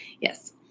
yes